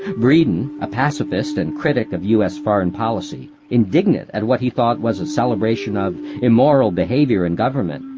breeden, a pacifist and critic of u s. foreign policy, indignant at what he thought was a celebration of immoral behaviour in government,